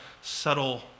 subtle